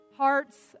Hearts